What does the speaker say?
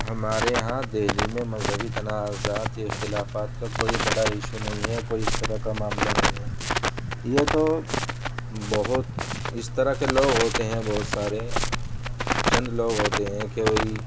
ہمارے یہاں دہلی میں مذہبی تنازعات اختلافات کا کوئی بڑا ایشو نہیں ہے کوئی اس طرح کا معاملہ نہیں ہے یہ تو بہت اس طرح کے لوگ ہوتے ہیں بہت سارے چند لوگ ہوتے ہیں کہ وہی